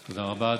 תודה רבה.